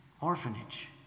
orphanage